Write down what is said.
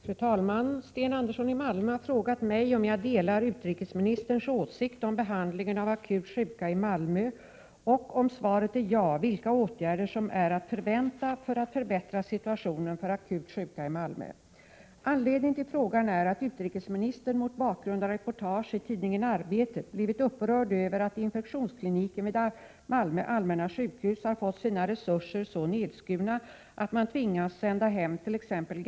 Fru talman! Sten Andersson i Malmö har frågat mig om jag delar utrikesministerns åsikt om behandlingen av akut sjuka i Malmö och om svaret är ja, vilka åtgärder som är att förvänta för att förbättra situationen för akut sjuka i Malmö. Anledningen till frågan är att utrikesministern, mot bakgrund av reportage i tidningen Arbetet, blivit upprörd över att infektionskliniken vid Malmö allmänna sjukhus har fått sina resurser så nedskurna att man tvingas sända hemt.ex.